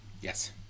Yes